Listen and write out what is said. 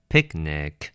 Picnic